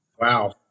Wow